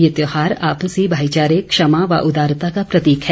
यह त्यौहार आपसी भाईचारे क्षमा व उदारता का प्रतीक है